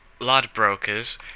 ladbrokers